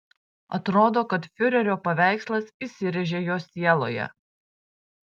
atrodo kad fiurerio paveikslas įsirėžė jo sieloje